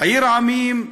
"עיר עמים",